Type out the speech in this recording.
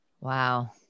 Wow